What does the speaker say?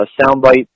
soundbite